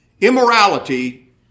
Immorality